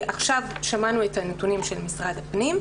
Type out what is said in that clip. עכשיו שמענו את הנתונים של משרד הפנים.